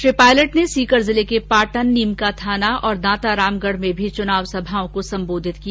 श्री पायलट ने सीकर जिले के पाटन नीमकाथाना और दांतारामगढ में भी चुनावी सभाओं को सम्बोधित किया